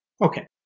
Okay